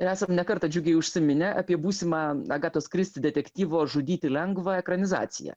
ir esam ne kartą džiugiai užsiminę apie būsimą agatos kristi detektyvo žudyti lengva ekranizaciją